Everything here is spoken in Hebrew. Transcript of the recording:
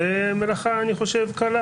זו מלאכה קלה.